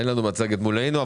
אין לנו מצגת מולנו.